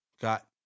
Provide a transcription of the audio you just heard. got